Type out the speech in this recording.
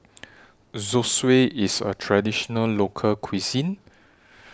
Zosui IS A Traditional Local Cuisine